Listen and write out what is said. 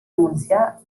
montsià